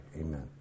Amen